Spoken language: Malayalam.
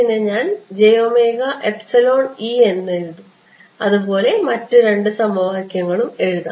നെ ഞാൻ എന്നെഴുതും അതുപോലെ മറ്റ് രണ്ട് സമവാക്യങ്ങളും എഴുതാം